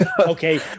Okay